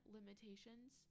Limitations